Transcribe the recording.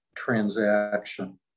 Transaction